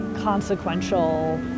consequential